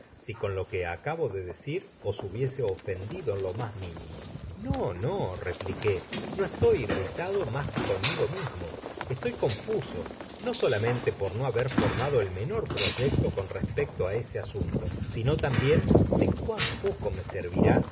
si con lo que acabo de decir os hubiese ofendido en lo mas minimo no no repliqué no estoy irritado mas que conmigo mismo estoy confuso no solamente por no haber formado el menor proyecto conjrespecto á ese asunto sino tambien de cuán poco me servirá